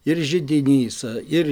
ir židinys ir